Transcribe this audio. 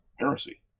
heresy